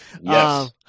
Yes